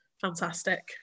fantastic